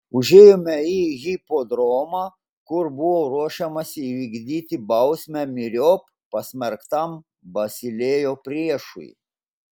užėjome į hipodromą kur buvo ruošiamasi įvykdyti bausmę myriop pasmerktam basilėjo priešui